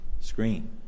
screen